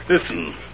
Listen